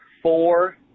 four